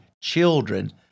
children